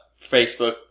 Facebook